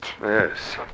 Yes